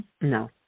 No